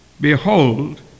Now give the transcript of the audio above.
Behold